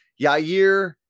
Yair